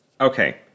Okay